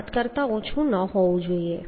7 કરતાં ઓછું ન હોવું જોઈએ